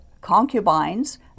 concubines